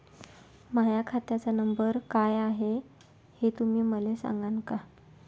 माह्या खात्याचा नंबर काय हाय हे तुम्ही मले सागांन का?